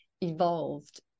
evolved